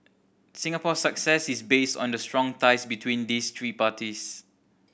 Singapore's success is based on the strong ties between these three parties